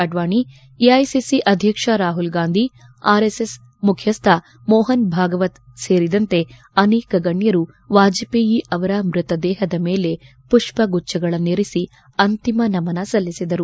Advani AICC ಅಧ್ಯಕ್ಷ Rahul Gandhi RSS ಮುಖ್ಯಸ್ಥ ಮೋಹನ್ ಭಾಗವತ್ ಸೇರಿದಂತೆ ಅನೇಕ ಗಣ್ಣರು ವಾಜಪೇಯಿ ಅವರ ಮ್ಬತದೇಹದ ಮೇಲೆ ಮಷ್ಟಗುಚ್ಟಗಳನ್ನಿರಿಸಿ ಅಂತಿಮ ನಮನ ಸಲ್ಲಿಸಿದರು